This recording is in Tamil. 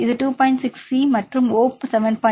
6 C மற்றும் O 7